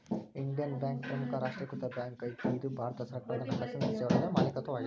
Indian bank ಪ್ರಮುಖ ರಾಷ್ಟ್ರೇಕೃತ bank ಐತಿ ಇದು ಭಾರತ ಸರ್ಕಾರದ ಹಣಕಾಸಿನ್ ಸಚಿವಾಲಯದ ಮಾಲೇಕತ್ವದಾಗದ